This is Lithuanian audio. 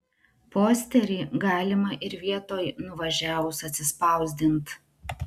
posterį galima ir vietoj nuvažiavus atsispausdint